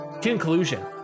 Conclusion